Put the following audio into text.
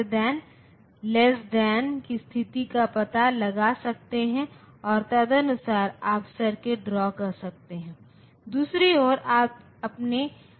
और सीएमओएस को विभिन्न तकनीक मिला है और विभिन्न प्रौद्योगिकियों में इन वीडीडी वीएसएस मूल्यों को वे बदलते हैं